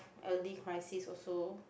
early crisis also